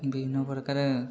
ବିଭିନ୍ନ ପ୍ରକାର